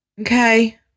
Okay